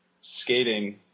skating